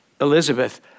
Elizabeth